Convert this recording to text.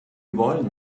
wollen